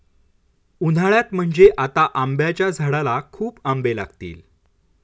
उन्हाळ्यात म्हणजे आता आंब्याच्या झाडाला खूप आंबे लागतील